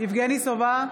יבגני סובה,